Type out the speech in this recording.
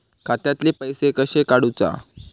खात्यातले पैसे कशे काडूचा?